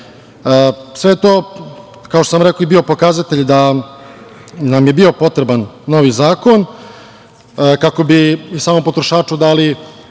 te, kao što sam rekao, je bio pokazatelj da nam je bio potreban novi zakon, kako bi samom potrošaču dali